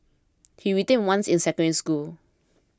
he retained once in Secondary School